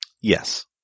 Yes